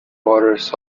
borders